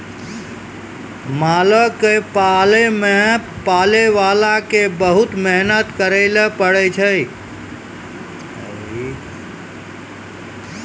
मालो क पालै मे पालैबाला क बहुते मेहनत करैले पड़ै छै